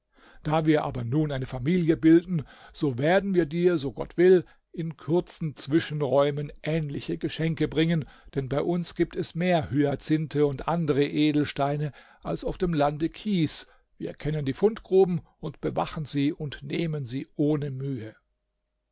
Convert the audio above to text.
da wir aber nun eine familie bilden so werden wir dir so gott will in kurzen zwischenräumen ähnliche geschenke bringen denn bei uns gibt es mehr hyazinthe und andere edelsteine als auf dem lande kies wir kennen die fundgruben und bewachen sie und nehmen sie ohne mühe